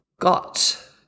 got